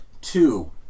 two